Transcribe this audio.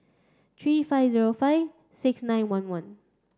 three five zero five six nine one one